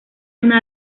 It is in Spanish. una